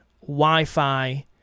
Wi-Fi